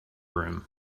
room